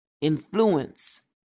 influence